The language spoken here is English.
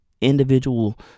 individual